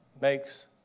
makes